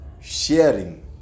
sharing